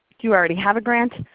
do you already have a grant?